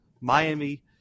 Miami